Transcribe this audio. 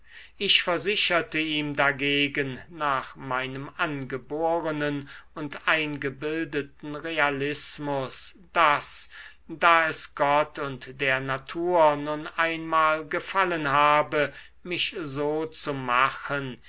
ich versicherte ihm dagegen nach meinem angeborenen und angebildeten realismus daß da es gott und der natur nun einmal gefallen habe mich so zu machen